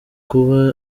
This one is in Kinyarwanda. kuba